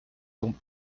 tombe